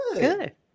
good